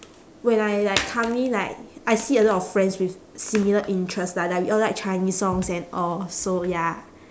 when I like come in like I see a lot of friends with similar interests like like we all like chinese songs and all so ya